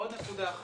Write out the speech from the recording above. ועוד נקודה אחת,